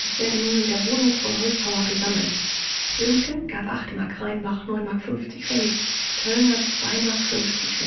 es wurde nun in der wohnung von holzhauer gesammelt söhngen gab mark rheinbach mark pf töllner mark pf